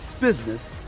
business